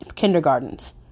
kindergartens